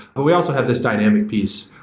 but we also have this dynamic piece,